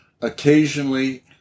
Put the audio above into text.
occasionally